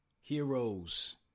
heroes